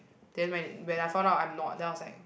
then when when I found out I'm not then I was like